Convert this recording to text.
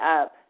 up